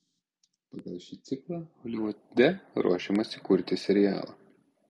pagal šį ciklą holivude ruošiamasi kurti serialą